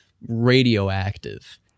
radioactive